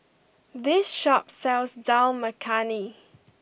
this shop sells Dal Makhani